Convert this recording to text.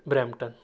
Brampton